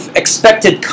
expected